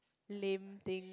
lame thing